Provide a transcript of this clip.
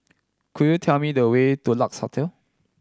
could you tell me the way to Lex Hotel